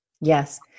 yes